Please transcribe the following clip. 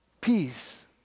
peace